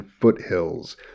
foothills